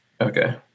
Okay